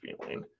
feeling